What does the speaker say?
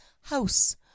house